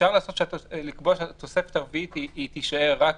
אפשר לקבוע שהתוספת הרביעית תישאר רק